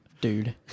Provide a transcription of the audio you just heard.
Dude